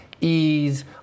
ease